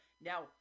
Now –